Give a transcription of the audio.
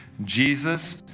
Jesus